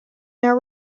now